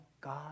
God